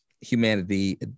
Humanity